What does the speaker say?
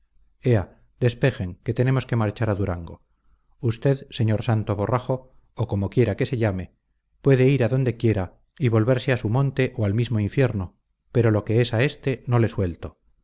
despejen que tenemos que marchar a durango usted señor santo borrajo o como quiera que se llame puede ir a donde quiera y volverse a su monte o al mismo infierno pero lo que es a éste no le suelto